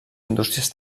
indústries